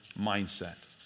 mindset